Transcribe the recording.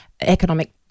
economic